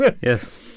Yes